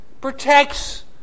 protects